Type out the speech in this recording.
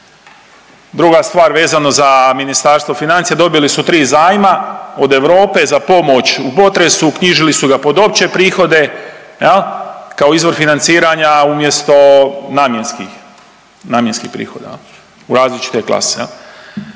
Druga stvar, vezano za Ministarstvo financija, dobili su 3 zajma od Europe za pomoć u potresu, knjižili su ga pod opće prihode, je li, kao izvor financiranja umjesto namjenskih, namjenskih prihoda, je li, u različite klase,